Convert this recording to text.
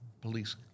police